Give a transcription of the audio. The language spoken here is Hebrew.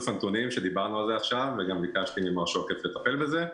הנתונים שהתייחסנו לזה עכשיו וגם ביקשתי ממר שוקף לטפל בזה,